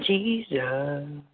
Jesus